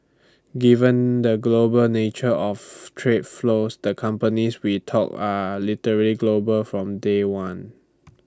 given the global nature of trade flows the companies we talk are literally global from day one